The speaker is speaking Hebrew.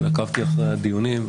עקבתי אחרי הדיונים,